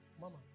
Mama